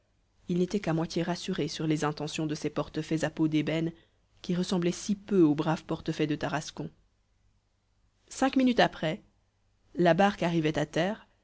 il n'était qu'à moitié rassuré sur les intentions de ces portefaix à peau d'ébène qui ressemblaient si peu aux braves portefaix de tarascon cinq minutes après la barque arrivait à terre